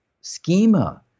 schema